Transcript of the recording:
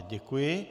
Děkuji.